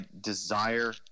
desire